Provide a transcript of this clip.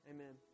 Amen